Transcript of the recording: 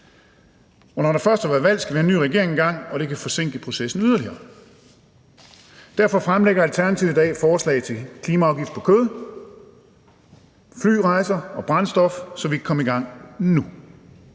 Og når der først har været valg engang, skal vi have en ny regering, og det kan forsinke processen yderligere. Derfor fremlægger Alternativet i dag et forslag til en klimaafgift på kød, flyrejser og brændstof, så vi kan komme i gang nu.